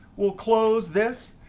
we'll close this.